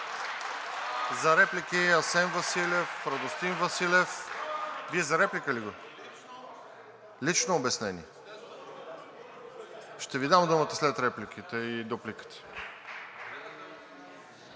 За реплики Асен Василев, Радостин Василев. Вие за реплика ли? Лично обяснение? Ще Ви дам думата след репликите и дупликата. АСЕН